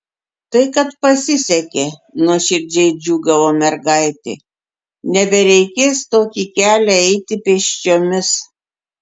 tai kad pasisekė nuoširdžiai džiūgavo mergaitė nebereikės tokį kelią eiti pėsčiomis